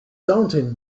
daunting